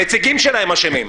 הנציגים שלהם אשמים.